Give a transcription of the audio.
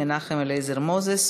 מנחם אליעזר מוזס,